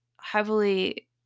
heavily